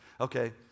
okay